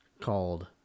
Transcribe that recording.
called